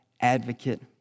advocate